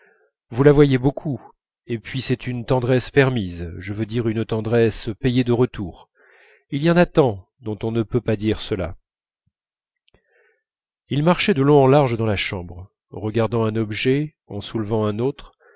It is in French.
vous la voyez beaucoup et puis c'est une tendresse permise je veux dire une tendresse payée de retour il y en a tant dont on ne peut pas dire cela il marchait de long en large dans la chambre regardant un objet en soulevant un autre